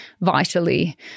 vitally